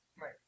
Right